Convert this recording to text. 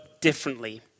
differently